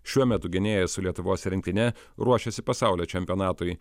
šiuo metu gynėjas su lietuvos rinktine ruošiasi pasaulio čempionatui